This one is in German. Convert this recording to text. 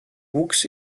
wuchs